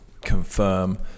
confirm